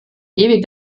ewig